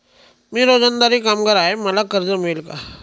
मी रोजंदारी कामगार आहे मला कर्ज मिळेल का?